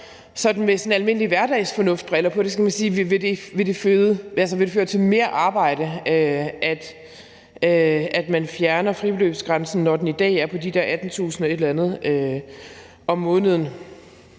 sådan almindelige hverdagsfornuftsbriller, kan man sige: Vil det føre til mere arbejde, at man fjerner fribeløbsgrænsen, når den i dag er på de der ca. 18.000 kr. om måneden?